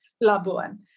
Labuan